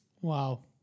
Wow